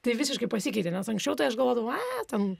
tai visiškai pasikeitė nes anksčiau tai aš galvodavau aaa ten